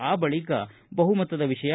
ಆ ಬಳಕ ಬಹುಮತದ ವಿಷಯ